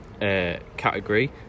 category